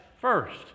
first